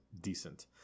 decent